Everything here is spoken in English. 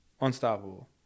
Unstoppable